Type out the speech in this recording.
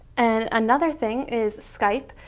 and another thing is skype,